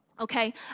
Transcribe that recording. Okay